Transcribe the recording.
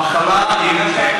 המחלה, יש,